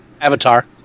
Avatar